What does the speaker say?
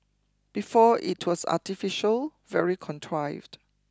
before it was artificial very contrived